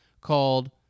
called